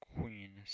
Queen